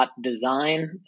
design